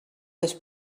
this